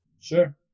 Sure